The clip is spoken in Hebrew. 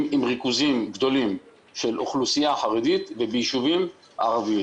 עם ריכוזים גדולים של אוכלוסייה חרדית וביישובים ערביים.